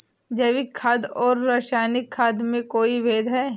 जैविक खाद और रासायनिक खाद में कोई भेद है?